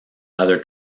other